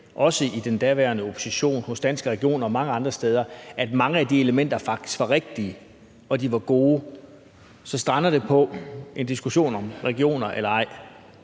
også i den daværende opposition, hos Danske Regioner og mange andre steder, af, at mange af de elementer faktisk var rigtige og gode. Så strandede det på en diskussion om regioner eller ej.